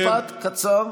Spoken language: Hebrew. יש לך משפט קצר